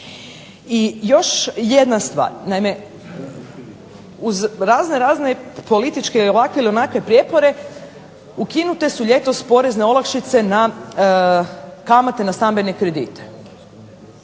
I još jedna stvar, naime uz razno razne političke ovakve ili onakve prijepore ukinute su ljetos porezne olakšice na kamate na stambene kredite.